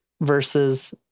versus